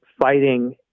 fighting